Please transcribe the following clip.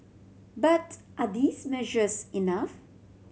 but are these measures enough